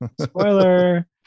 spoiler